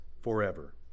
forever